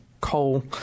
coal